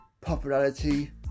popularity